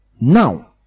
Now